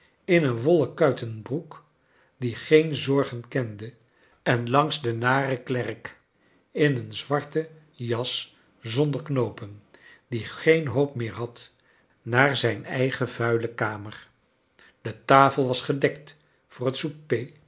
in een wollen kuitenbroek die geen zorgen kende en langs den naren klerk in een zwarte jas zonder knoopen die geen hoop meer had naar zijn eigen vuile kamer de tafel was gedekt voor het